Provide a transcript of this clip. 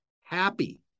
happy